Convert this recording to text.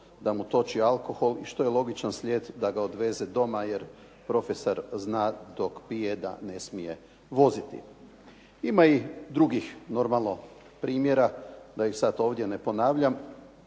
da mu toči alkohol i što je logičan slijed da ga odveze doma jer profesor zna dok pije da ne smije voziti. Ima i drugih normalno primjera da ih sada ovdje ne ponavljam.